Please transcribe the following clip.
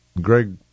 Greg